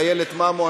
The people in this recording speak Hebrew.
איילת ממו.